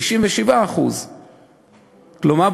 97%. כלומר,